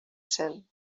cent